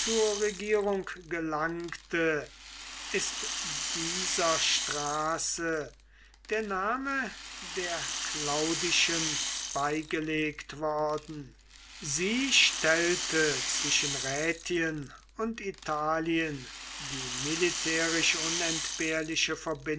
regierung gelangte ist dieser straße der name der claudischen beigelegt worden sie stellte zwischen rätien und italien die militärisch